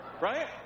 right